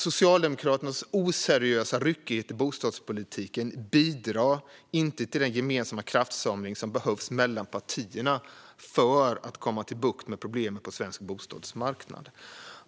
Socialdemokraternas oseriösa ryckighet i bostadspolitiken bidrar inte till den gemensamma kraftsamling som behövs mellan partierna för att få bukt med problemen på svensk bostadsmarknad.